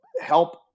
help